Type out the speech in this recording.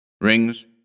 Rings